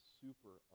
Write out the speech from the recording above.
super